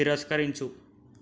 తిరస్కరించు